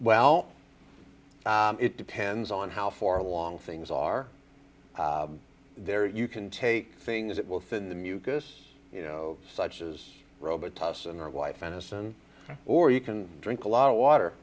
well it depends on how far along things are there you can take things that will fit in the mucus you know such as robitussin or wife aniston or you can drink a lot of water